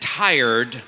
tired